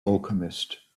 alchemist